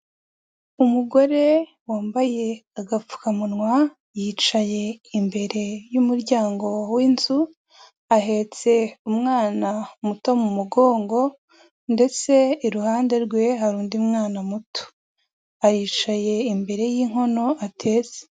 Umugore wambaye agapfukamunwa, yicaye imbere y'umuryango w'inzu, ahetse umwana muto mu mugongo ndetse iruhande rwe hari undi mwana muto, aricaye imbere y'inkono atetse.